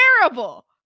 terrible